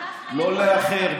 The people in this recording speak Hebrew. לא לאחר,